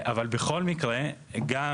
אבל, בכל מקרה, גם